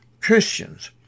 Christians